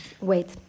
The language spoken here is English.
wait